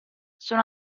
sono